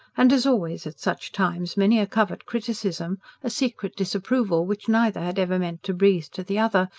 and, as always at such times, many a covert criticism a secret disapproval which neither had ever meant to breathe to the other,